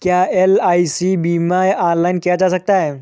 क्या एल.आई.सी बीमा ऑनलाइन किया जा सकता है?